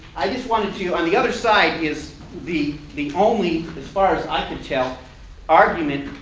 i just wanted to on the other side is the the only as far as i can tell argument,